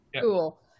Cool